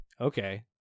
okay